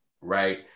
Right